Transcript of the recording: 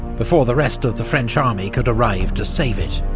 before the rest of the french army could arrive to save it,